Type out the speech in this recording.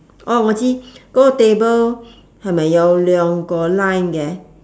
orh ngo zi go table hai mai jau go loeng loeng go line ge